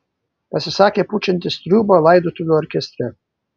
pasisakė pučiantis triūbą laidotuvių orkestre